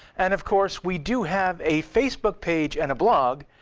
and, of course, we do have a facebook page and a blog,